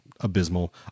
abysmal